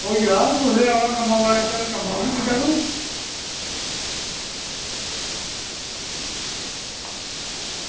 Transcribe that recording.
ओह् यार कुसलै आना तूं कम्म उप्पर कम्म उप्पर निं पुज्जा तूं